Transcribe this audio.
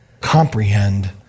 comprehend